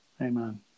Amen